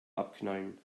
abknallen